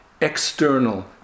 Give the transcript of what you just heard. external